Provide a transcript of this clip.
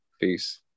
Peace